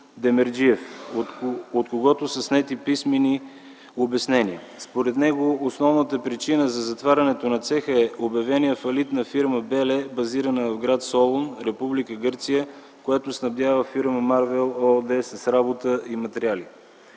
Демерджиев, от когото са снети писмени обяснения. Според него основната причина за затварянето на цеха е обявеният фалит на фирма „Беле”, базирана в гр. Солун, Република Гърция, която снабдява фирма „Марвел” ООД с работа и материали.